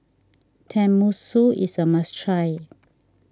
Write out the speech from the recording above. Tenmusu is a must try